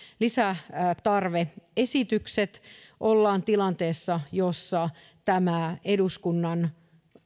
lisätarve esitykset ollaan tilanteessa jossa tämä eduskunnan